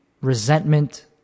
resentment